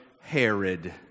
Herod